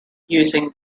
using